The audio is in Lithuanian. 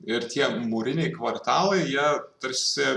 ir tie mūriniai kvartalai jie tarsi